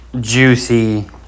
juicy